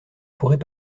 pourrait